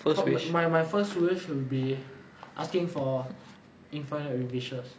my my first wish would be asking for infinite wishes